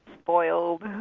spoiled